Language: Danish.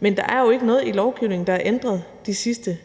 Men der er jo ikke noget i lovgivningen, der er ændret de sidste